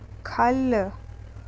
ख'ल्ल